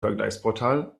vergleichsportal